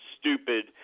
stupid